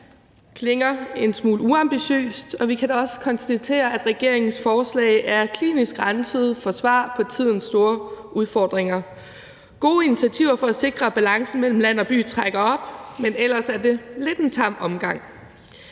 klinger en smule uambitiøst, og vi kan da også konstatere, at regeringens forslag er klinisk renset for svar på tidens store udfordringer. Gode initiativer for at sikre balancen mellem land og by trækker op, men ellers er det lidt en tam omgang.